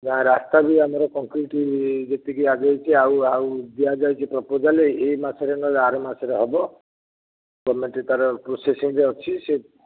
ଗାଁ ରାସ୍ତା ବି ଆମର କଂକ୍ରିଟ ଯେତିକି ଆଗେଇଛି ଆଉ ଆଉ ଦିଆଯାଇଛି ପ୍ରପୋଜାଲ୍ ଏହି ମାସରେ ନହେଲେ ଆର ମାସରେ ହେବ ପେମେଣ୍ଟ ତା'ର ପ୍ରୋସେସିଂରେ ଅଛି ସେ